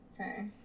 Okay